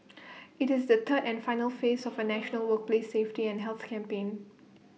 IT is the third and final phase of A national workplace safety and health campaign